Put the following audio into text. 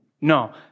No